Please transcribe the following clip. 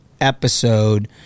episode